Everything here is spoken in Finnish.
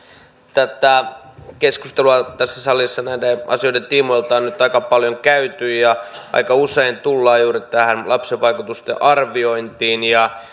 tätä keskustelua tässä salissa näiden asioiden tiimoilta on on nyt aika paljon käyty ja aika usein tullaan juuri tähän lapsivaikutusten arviointiin